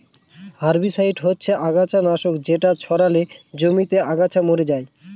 herbicide হচ্ছে আগাছা নাশক যেটা ছড়ালে জমিতে আগাছা মরে যায়